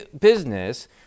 business